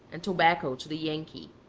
and tobacco to the yankee.